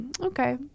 okay